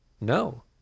No